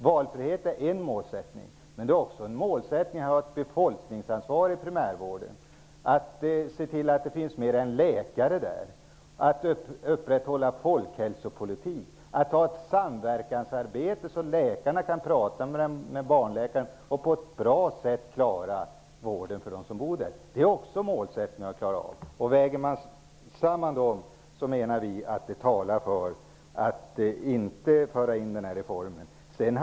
Valfrihet är ett mål, men det är också ett mål att ha befolkningsansvaret inom primärvården, att se till att det finns mer än läkare där, att upprätthålla folkhälsopolitik, att ha ett samverkansarbete så att läkarna kan tala med barn och på ett bra sätt klara vården. Det är också mål. Väger man samman allt, menar vi att allt talar för att inte införa den här reformen.